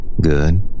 Good